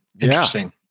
Interesting